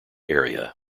area